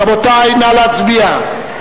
רבותי, נא להצביע.